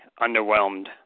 underwhelmed